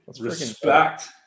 Respect